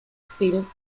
film